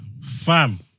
Fam